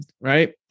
right